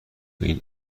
این